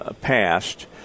passed